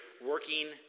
working